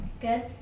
Good